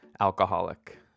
alcoholic